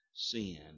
Sin